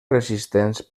resistents